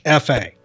fa